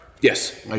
Yes